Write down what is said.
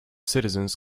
citizens